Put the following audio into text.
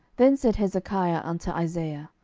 then said hezekiah unto isaiah,